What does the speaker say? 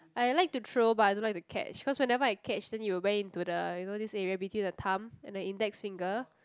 I like to throw but I don't like to catch because whenever I catch it will went in to the you know this area between the thumb and the index finger